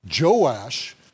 Joash